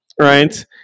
right